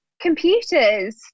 computers